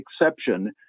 exception